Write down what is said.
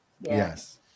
Yes